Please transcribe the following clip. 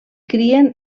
crien